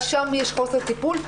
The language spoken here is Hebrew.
אז שם יש חוסר טיפול,